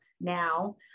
now